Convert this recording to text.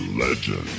legend